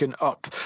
up